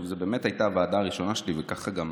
זאת באמת הייתה הוועדה הראשונה שלי, וככה גם